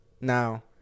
Now